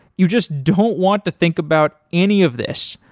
you just don't want to think about any of this.